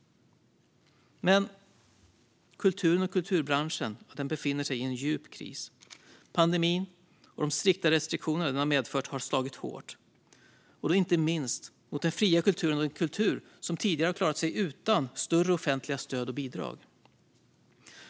Kulturen och kulturbranschen befinner sig nu i en djup kris. Pandemin och de strikta restriktioner som den har medfört har slagit hårt inte minst mot den fria kulturen och den kultur som tidigare har klarat sig utan större offentliga stöd och bidrag.